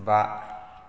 बा